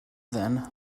then